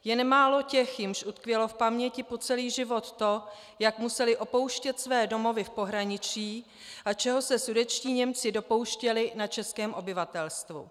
Je nemálo těch, jimž utkvělo v paměti po celý život to, jak museli opouštět své domovy v pohraničí a čeho se sudetští Němci dopouštěli na českém obyvatelstvu.